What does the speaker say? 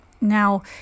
Now